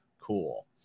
cool